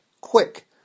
quick